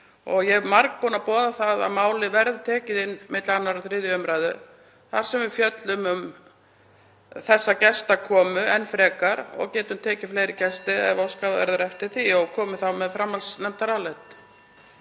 Ég er margbúin að boða það að málið verði tekið inn milli 2. og 3. umr. þar sem við fjöllum um þessa gestakomu enn frekar og getum fengið fleiri gesti, ef óskað verður eftir því, og komið þá með framhaldsnefndarálit.